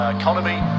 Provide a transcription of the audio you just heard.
economy